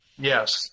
Yes